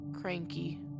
cranky